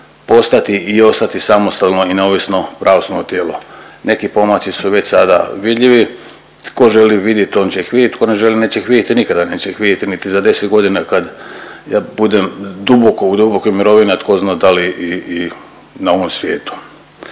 postati i ostati samostalno i neovisno pravosudno tijelo. Neki pomaci su već sada vidljivi. Tko želi vidit on će ih vidit, tko ne želi neće ih vidjeti nikada, neće ih vidjeti niti za 10 godina kad ja budem u duboko u dubokoj mirovini, a tko zna da li i na ovom svijetu.